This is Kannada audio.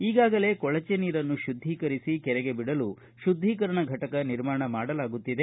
ಈಗಾಗಲೇ ಕೊಳಜೆ ನೀರನ್ನು ಶುದ್ದಿಕರಿಸಿ ಕೆರೆಗೆ ಬಿಡಲು ಶುದ್ದೀಕರಣ ಫಟಕ ನಿರ್ಮಾಣ ಮಾಡಲಾಗುತ್ತಿದೆ